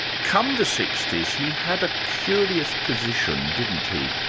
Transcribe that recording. come the sixties, he had a curious position didn't he?